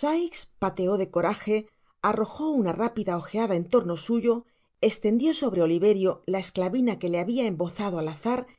sikes pateó de coraje arrojo una rápida ojeada en torno suyo estendió sobre oliverio la esclavina que le habia embozado al azar y